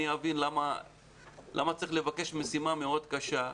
אני רוצה להבין למה צריך לבקש משהו מאוד קשה,